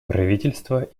правительства